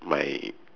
my